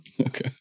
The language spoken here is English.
Okay